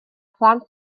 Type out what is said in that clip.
phlant